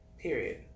Period